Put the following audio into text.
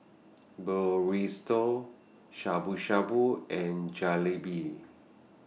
Burrito Shabu Shabu and Jalebi